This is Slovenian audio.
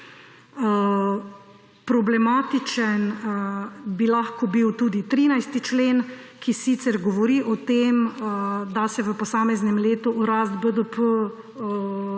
Problematičen bi lahko bil tudi 13. člen, ki sicer govori o tem, da se v posameznem letu v rast BDP,